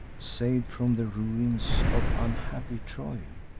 sav'd from the ruins of unhappy troy?